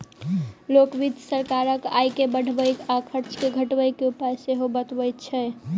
लोक वित्त सरकारक आय के बढ़बय आ खर्च के घटबय के उपाय सेहो बतबैत छै